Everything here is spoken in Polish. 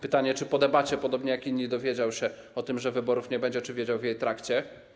Pytanie, czy po debacie podobnie jak inni dowiedział się o tym, że wyborów nie będzie, czy wiedział w jej trakcie.